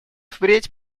впредь